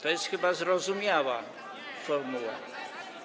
To jest chyba zrozumiała formuła.